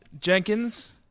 Jenkins